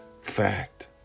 fact